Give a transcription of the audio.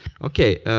okay.